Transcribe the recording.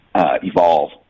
Evolve